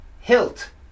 hilt